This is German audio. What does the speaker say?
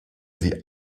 sie